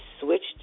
Switched